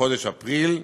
בחודש אפריל.